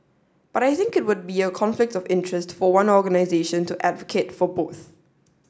but I think it would be a conflict of interest for one organisation to advocate for both